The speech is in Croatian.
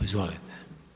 Izvolite.